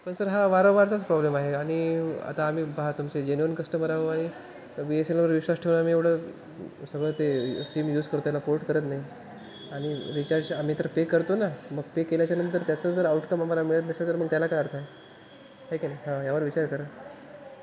पण सर हा वारंवारचाच प्रॉब्लेम आहे आणि आता आम्ही पाहा तुमचे जेन्युअिन कस्टमर आहो आणि बी एस एन एलवर विश्वास ठेवून आम्ही एवढं सगळं ते सिम यूज करतो त्याला पोर्ट करत नाही आणि रिचार्ज आम्ही तर पे करतो ना मग पे केल्याच्यानंतर त्याचं जर आऊटकम आम्हाला मिळत नसेल तर मग त्याला काय अर्थ आहे ठीक आहे ना हां ह्यावर विचार करा